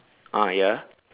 ah ya